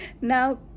now